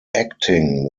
acting